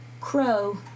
Crow